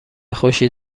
خوشی